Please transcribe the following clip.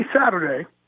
Saturday